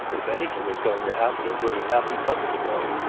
if anything was going to happen it would have happened months ago.